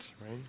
right